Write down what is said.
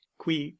qui